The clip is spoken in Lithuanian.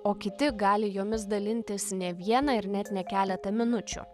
o kiti gali jomis dalintis ne vieną ir net ne keletą minučių